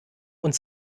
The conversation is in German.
und